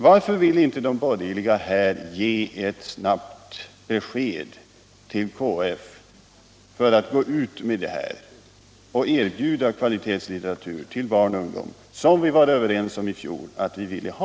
Varför vill inte de borgerliga ge ett snabbt besked till KF om utgivning av kvalitetslitteratur till barn och ungdom, som vi i fjol var överens om att vi ville ha?